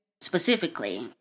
Specifically